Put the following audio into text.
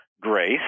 grace